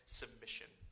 submission